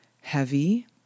heavy